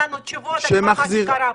למה?